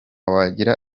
wagira